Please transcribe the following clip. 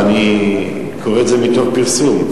אני קורא את זה מתוך פרסום.